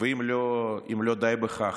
ואם לא די בכך,